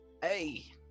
Hey